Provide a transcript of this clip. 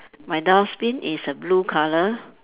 my dustbin is a blue colour